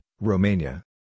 Romania